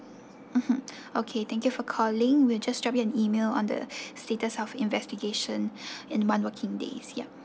mmhmm okay thank you for calling we'll just drop you an email on the status of investigation in one working days yup